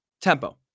tempo